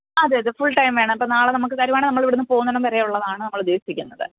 അതെ അതെ ഫുള്ടൈം വേണം ഇപ്പോള് നാളെ നമുക്ക് തരുകയാണെങ്കില് നമ്മള് ഇവിടെനിന്നു പോവുന്നിടം വരെ ഉള്ളതാണ് ഞങ്ങളുദ്ദേശിക്കുന്നത്